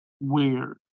weird